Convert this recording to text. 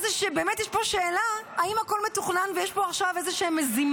אז באמת יש פה שאלה: האם הכול מתוכנן ויש פה עכשיו איזושהי מזימה?